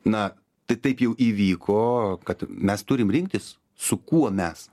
na tai taip jau įvyko kad mes turim rinktis su kuo mes